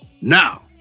Now